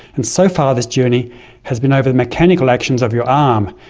and so far this journey has been over the mechanical actions of your arm.